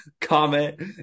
comment